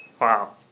Wow